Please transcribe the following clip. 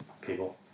people